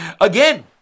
Again